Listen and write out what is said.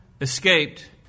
escaped